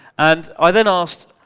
and i then asked,